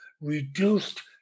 reduced